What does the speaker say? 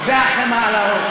זה החמאה על הראש.